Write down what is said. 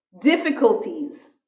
difficulties